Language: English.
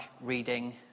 reading